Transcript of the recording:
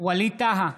ווליד טאהא,